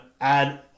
add